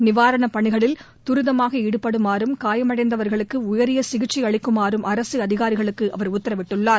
நிவாரணப் பணிகளில் துரிதமாக ஈடுபடுமாறும் காயமடைந்தவர்களுக்கு உயரிய சிகிச்சை அளிக்குமாறும் அரசு அதிகாரிகளுக்கு அவர் உத்தரவிட்டுள்ளார்